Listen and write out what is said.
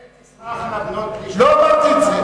"פן תשמחנה בנות פלשתים" לא אמרתי את זה,